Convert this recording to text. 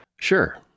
Sure